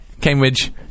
Cambridge